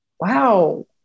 wow